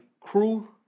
crew